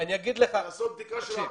לעשות בדיקה של האפוסטיל?